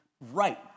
right